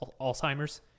Alzheimer's